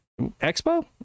expo